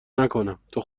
نکنم، تو